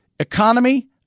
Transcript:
Economy